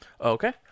Okay